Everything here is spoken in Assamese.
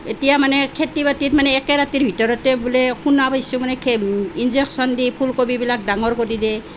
এতিয়া মানে খেতি বাতিত মানে একে ৰাতিৰ ভিতৰতে বোলে শুনা পাইছোঁ মানে ইনজেকশ্যন দি ফুলকবি বিলাক ডাঙৰ কৰি দিয়ে